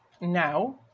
now